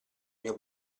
mio